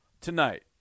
tonight